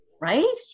Right